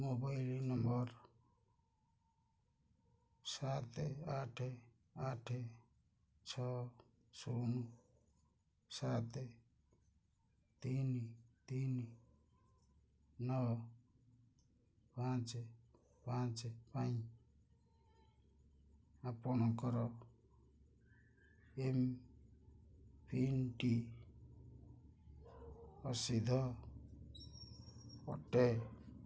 mobile number ସାତ ଆଠ ଆଠ ଛଅ ଶୂନ ସାତ ତିନି ତିନି ନଅ ପାଞ୍ଚ ପାଞ୍ଚ ପାଇଁ ଆପଣଙ୍କର ଏମ୍ପିନ୍ଟି ପ୍ରସିଦ୍ଧ ଅଟେ